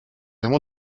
avons